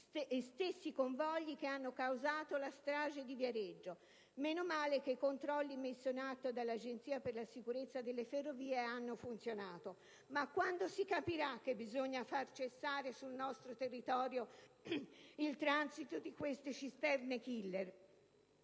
i convogli che hanno causato la strage di Viareggio. Meno male che i controlli messi in atto dall'Agenzia per la sicurezza delle ferrovie hanno funzionato. Ma quando si capirà che bisogna far cessare sul nostro territorio il transito di queste cisterne *killer*?